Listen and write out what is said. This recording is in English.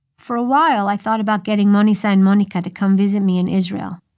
for a while, i thought about getting manisha and monika to come visit me in israel.